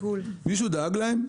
מישהו דאג להם?